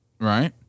Right